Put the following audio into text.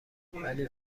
ولی